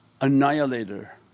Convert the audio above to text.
annihilator